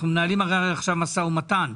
אנחנו מנהלים הרי עכשיו משא ומתן.